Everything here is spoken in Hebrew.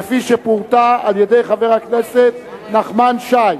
כפי שפורטה על-ידי חבר הכנסת נחמן שי,